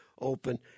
open